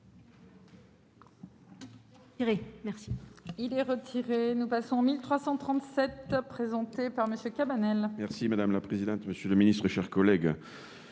Merci